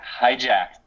hijacked